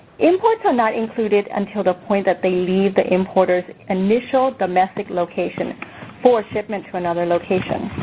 imports are not included until the point that they leave the importer's initial domestic location for a shipment to another location.